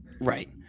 Right